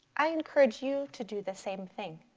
i encourage you to do the same thing.